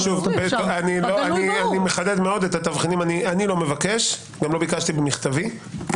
אני לא מבקש, גם לא ביקשתי במכתבי את התבחינים.